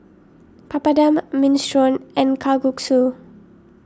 Papadum Minestrone and Kalguksu